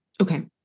Okay